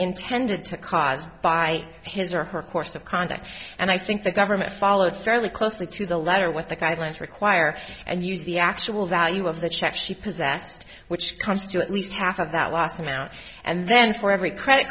intended to cause by his or her course of conduct and i think the government followed certainly closely to the letter what the guidelines require and use the actual value of the check she possessed which comes to at least half of that last amount and then for every credit